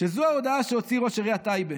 שזו ההודעה שהוציא ראש עיריית טייבה,